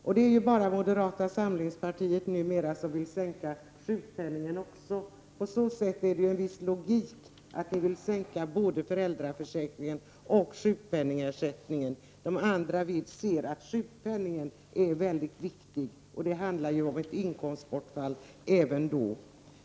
Numera är det bara moderata samlingspartiet som även vill sänka sjukpen ningen. På så sätt är det en viss logik i att partiet vill sänka både föräldraförsäkringen och sjukpenningersättningen. De övriga partierna anser att sjukpenningen är viktig. Men det handlar om ett inkomstbortfall även då.